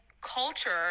culture